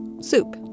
soup